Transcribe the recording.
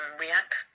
react